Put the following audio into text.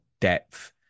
depth